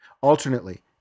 Alternately